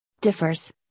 differs